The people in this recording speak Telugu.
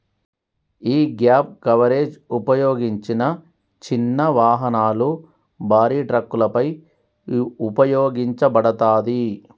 యీ గ్యేప్ కవరేజ్ ఉపయోగించిన చిన్న వాహనాలు, భారీ ట్రక్కులపై ఉపయోగించబడతాది